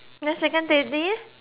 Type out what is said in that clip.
then second teddy